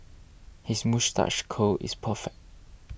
his moustache curl is perfect